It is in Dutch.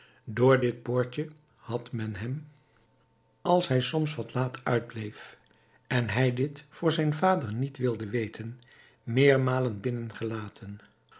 door dit poortje had men hem als hij soms wat laat uitbleef en hij dit voor zijn vader niet wilde weten